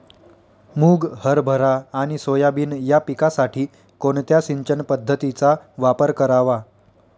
मुग, हरभरा आणि सोयाबीन या पिकासाठी कोणत्या सिंचन पद्धतीचा वापर करावा?